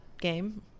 game